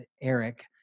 Eric